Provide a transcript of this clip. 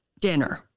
Dinner